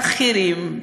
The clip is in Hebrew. לאחרים.